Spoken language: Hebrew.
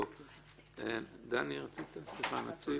הנציב, אתה רוצה?